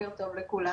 בוקר טוב לכולם,